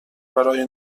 برای